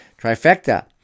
Trifecta